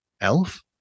Elf